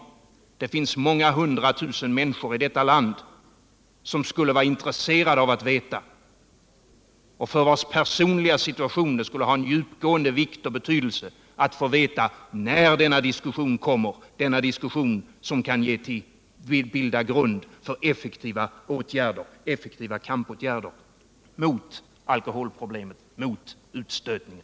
Det finns många hundra tusen människor i detta land som är intresserade av att få svar på den frågan. För deras personliga situation är det av djupgående vikt och betydelse att få veta när den diskussion kommer som kan bilda grund för effektiva kampåtgärder mot alkoholproblemen och mot utstötningen.